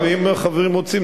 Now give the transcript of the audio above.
אם החברים רוצים,